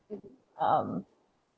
um